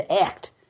act